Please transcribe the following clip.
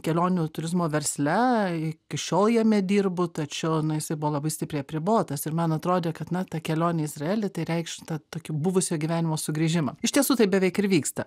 kelionių turizmo versle iki šiol jame dirbu tačiau nu jisai buvo labai stipriai apribotas ir man atrodė kad na ta kelionė į izraelį tai reikš tą tokį buvusio gyvenimo sugrįžimą iš tiesų taip beveik ir vyksta